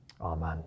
Amen